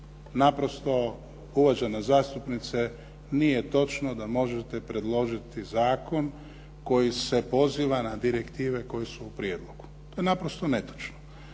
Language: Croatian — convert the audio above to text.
Naprosto, uvažena zastupnice, nije točno da možete predložiti zakon koji se poziva na direktive koje su u prijedlogu. To je naprosto netočno.